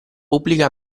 pubblica